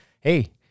hey